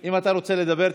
אם אתה רוצה לדבר,